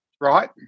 right